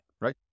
Right